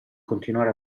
continuare